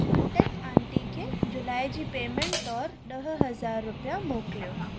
contact aunty खे जुलाई जी पेमेंट तौर ॾह हज़ार रुपिया मोकिलियो